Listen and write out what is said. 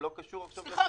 הוא לא קשור עכשיו לשאלה